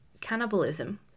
cannibalism